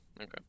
Okay